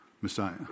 Messiah